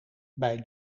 bij